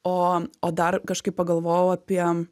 o o dar kažkaip pagalvojau apie